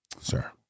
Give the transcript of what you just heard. sir